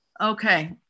Okay